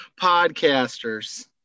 podcasters